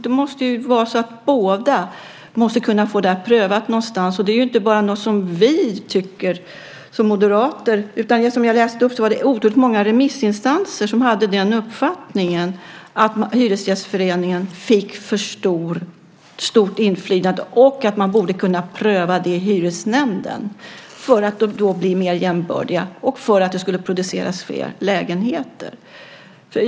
Det måste vara så att båda måste få det prövat någonstans. Det är inte bara något som vi tycker som moderater. Som jag läste upp var det många remissinstanser som hade den uppfattningen att Hyresgästföreningen fick för stort inflytande och att man borde kunna få det prövat i hyresnämnden för att parterna då ska bli mer jämbördiga och för att det ska produceras fler lägenheter.